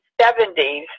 1970s